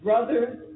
brothers